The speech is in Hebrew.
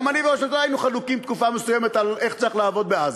גם אני וראש הממשלה היינו חלוקים תקופה מסוימת על איך צריך לעבוד בעזה,